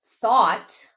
thought